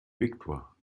viktor